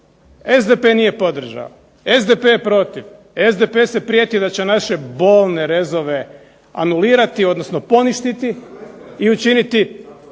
SDP nije podržao, SDP je protiv, SDP se prijeti da će naše bolne rezove anulirati, odnosno poništiti i učiniti